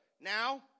now